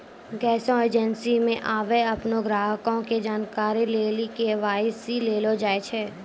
गैसो एजेंसी मे आबे अपनो ग्राहको के जानकारी लेली के.वाई.सी लेलो जाय छै